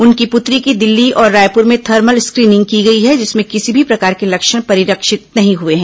उनकी पुत्री की दिल्ली और रायपुर में थर्मल स्क्रीनिंग की गई है जिसमें किसी भी प्रकार के लक्षण परीलक्षित नहीं हुए हैं